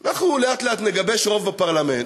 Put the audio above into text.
אנחנו לאט-לאט נגבש רוב בפרלמנט.